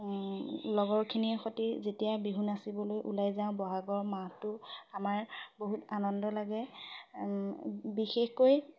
লগৰখিনি সতি যেতিয়া বিহু নাচিবলৈ ওলাই যাওঁ বহাগৰ মাহটো আমাৰ বহুত আনন্দ লাগে বিশেষকৈ